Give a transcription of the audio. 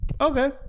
Okay